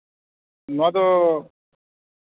ᱱᱚᱣᱟᱫᱚ